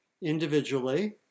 individually